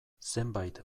zenbait